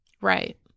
Right